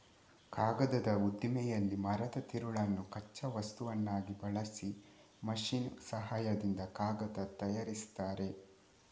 ಕಾಗದದ ಉದ್ದಿಮೆಯಲ್ಲಿ ಮರದ ತಿರುಳನ್ನು ಕಚ್ಚಾ ವಸ್ತುವನ್ನಾಗಿ ಬಳಸಿ ಮೆಷಿನ್ ಸಹಾಯದಿಂದ ಕಾಗದ ತಯಾರಿಸ್ತಾರೆ